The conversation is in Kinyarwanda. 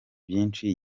byinshi